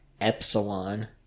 epsilon